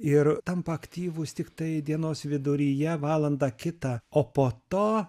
ir tampa aktyvūs tiktai dienos viduryje valandą kitą o po to